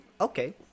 Okay